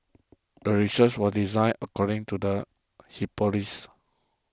the research was designed according to the hypothesis